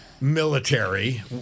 military